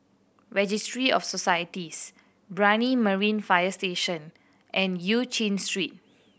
Registry of Societies Brani Marine Fire Station and Eu Chin Street